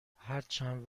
هرچند